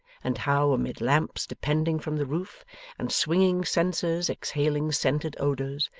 and how, amid lamps depending from the roof, and swinging censers exhaling scented odours,